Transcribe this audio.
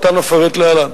ואפרט להלן.